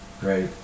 great